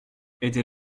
aidez